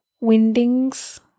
Windings